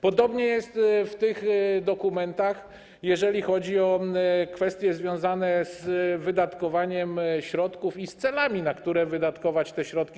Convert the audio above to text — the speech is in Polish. Podobnie jest w tych dokumentach, jeżeli chodzi o kwestie związane z wydatkowaniem środków i z celami, na które powinno się wydatkować te środki.